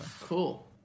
Cool